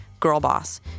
GIRLBOSS